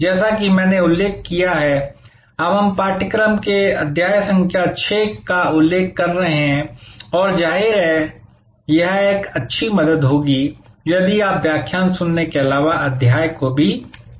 जैसा कि मैंने उल्लेख किया है अब हम पाठ्य पुस्तक के अध्याय संख्या 6 का उल्लेख कर रहे हैं और जाहिर है यह एक अच्छी मदद होगी यदि आप व्याख्यान सुनने के अलावा अध्याय को भी भी पढ़ें